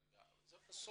בסוף.